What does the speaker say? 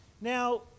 Now